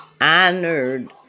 honored